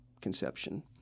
conception